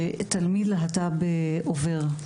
שתלמיד להט"ב עובר.